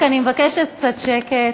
רק אני מבקשת קצת שקט.